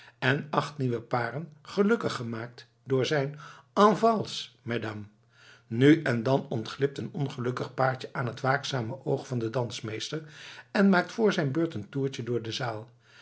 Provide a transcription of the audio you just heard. en acht nieuwe paren gelukkig maakt door zijn en valse mesdames nu en dan ontglipt een ongeduldig paartje aan het waakzame oog van den dansmeester en maakt vr zijn beurt een toertje door de zaal